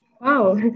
wow